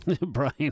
Brian